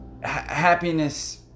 happiness